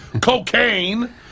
cocaine